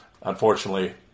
unfortunately